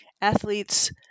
athletes